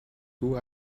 who